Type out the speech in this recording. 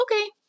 okay